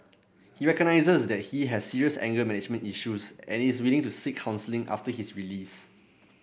he recognises that he has serious anger management issues and is willing to seek counselling after his release